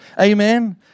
amen